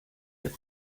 your